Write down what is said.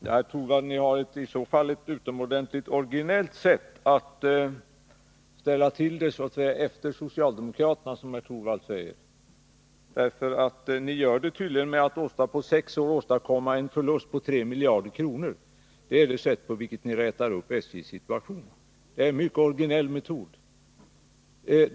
Herr talman! Ni har i så fall ett utomordentligt originellt sätt att ställa till det efter socialdemokraterna, som herr Torwald säger. Ni gör det tydligen med att på sex år åstadkomma en förlust på 3 miljarder. Det är det sätt på vilket ni reder upp SJ:s situation, en mycket originell metod.